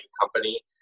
company